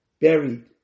buried